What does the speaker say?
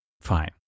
fine